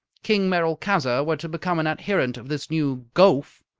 king merolchazzar were to become an adherent of this new gowf,